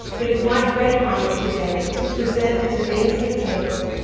it is my great honor today to present to ainsley tabor